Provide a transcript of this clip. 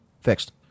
Fixed